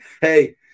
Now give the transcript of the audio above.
hey